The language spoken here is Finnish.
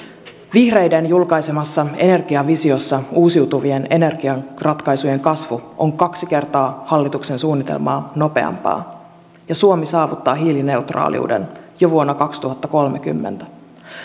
vihreiden julkaisemassa energiavisiossa uusiutuvien energiaratkaisujen kasvu on kaksi kertaa hallituksen suunnitelmaa nopeampaa ja suomi saavuttaa hiilineutraaliuden jo vuonna kaksituhattakolmekymmentä